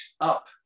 up